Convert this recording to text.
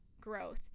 growth